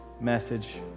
message